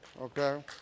Okay